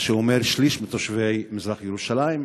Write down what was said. שליש מתושבי מזרח ירושלים,